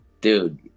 dude